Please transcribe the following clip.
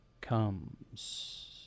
comes